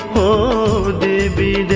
o ah d